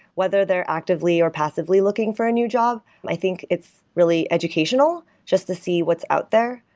whether they're actively or passively looking for a new job. i think it's really educational just to see what's out there.